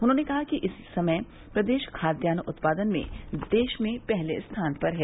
उन्होंने कहा कि इस समय प्रदेश खाद्यान्न उत्पादन में देश में पहले स्थान पर है